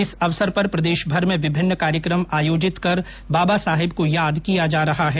इस अवसर पर प्रदेशभर में विभिन्न कार्यक्रम आयोजित कर बाबा साहब को याद किया जा रहा है